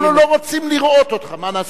יאמרו לו: לא רוצים לראות אותך, מה נעשה?